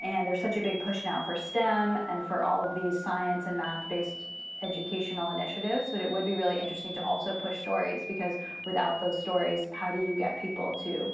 and there's such a big push now for stem and for all of these science and math based educational initiatives, but it would be really interesting to also push stories because without those stories, how do you get people to